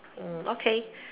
uh okay